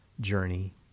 journey